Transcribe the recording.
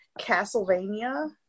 Castlevania